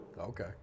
Okay